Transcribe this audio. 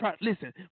listen